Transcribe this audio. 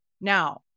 now